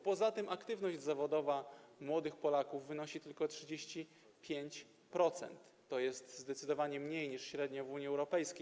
Poza tym aktywność zawodowa młodych Polaków wynosi tylko 35%, to jest zdecydowanie mniej niż średnia w Unii Europejskiej.